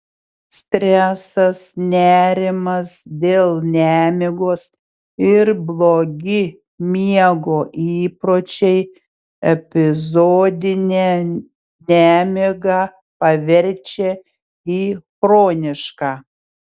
stresas nerimas dėl nemigos ir blogi miego įpročiai epizodinę nemigą paverčia į chronišką